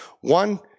One